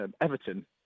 Everton